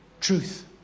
Truth